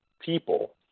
people